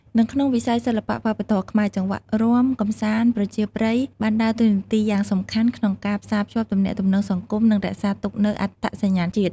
នៅក្នុងវិស័យសិល្បៈវប្បធម៌ខ្មែរ ចង្វាក់រាំកម្សាន្តប្រជាប្រិយបានដើរតួនាទីយ៉ាងសំខាន់ក្នុងការផ្សារភ្ជាប់ទំនាក់ទំនងសង្គម និងរក្សាទុកនូវអត្តសញ្ញាណជាតិ។